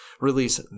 release